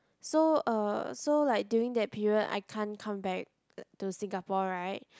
so uh so like during that period I can't come back to Singapore right